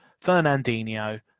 Fernandinho